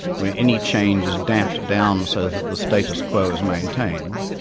where any change is damped down so that the status quo is maintained.